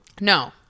No